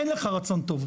אין לך רצון טוב.